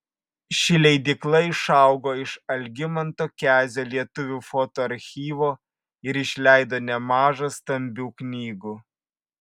ši leidykla išaugo iš algimanto kezio lietuvių foto archyvo ir išleido nemaža stambių knygų